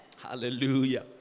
Hallelujah